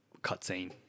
cutscene